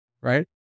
right